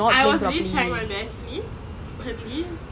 I was really trying my best please please